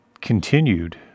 continued